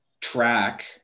track